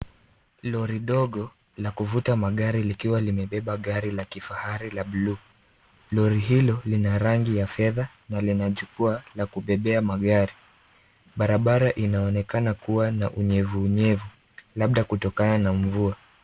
Lori dogo la kuvuta magari likiwa limebeba gari la kifahari la blue . Lori hilo lina rangi ya fedha na lina jukwaa la kubebea magari. Barabara inaonekana kuwa na unyevu unyevu labda kutokana na mvua.